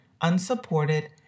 unsupported